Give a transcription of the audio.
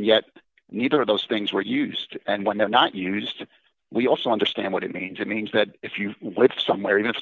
yet neither of those things were used and when they're not used we also understand what it means it means that if you live somewhere even if